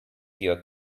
your